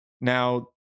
Now